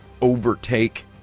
overtake